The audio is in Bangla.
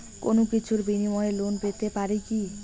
কোনো কিছুর বিনিময়ে লোন পেতে পারি কি?